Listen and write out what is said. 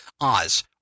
Oz